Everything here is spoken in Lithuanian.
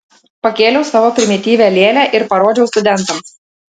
pakėliau savo primityvią lėlę ir parodžiau studentams